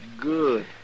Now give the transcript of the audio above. Good